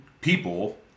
people